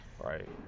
right